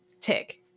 tick